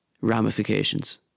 ramifications